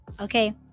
Okay